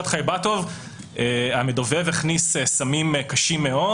חייבטוב המדובב הכניס סמים קשים מאוד